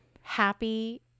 happy